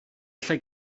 allai